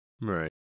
Right